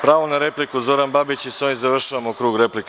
Pravo na repliku, Zoran Babić i sa ovim završavamo krug replika.